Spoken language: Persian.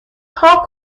پاک